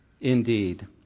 indeed